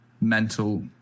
mental